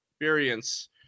experience